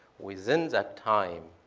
within that time,